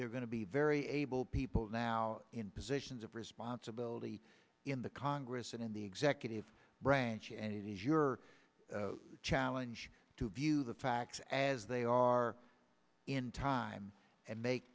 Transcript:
they're going to be very able people now in positions of responsibility in the congress and in the executive branch and it is your challenge to view the facts as they are in time and make